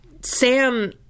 Sam